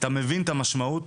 אתה מבין את המשמעות